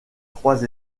trois